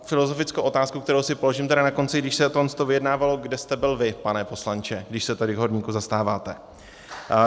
Filozofickou otázku, kterou si položím tedy na konci: Když se toto vyjednávalo, kde jste byl vy, pane poslanče, když se tolik horníků zastáváte?